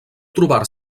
trobar